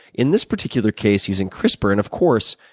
in this particular case using crispr and of course,